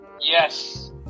yes